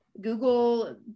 Google